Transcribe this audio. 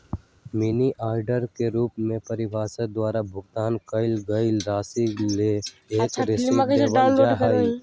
money order के रूप में प्रेषक द्वारा भुगतान कइल गईल राशि ला एक रसीद देवल जा हई